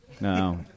no